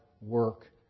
work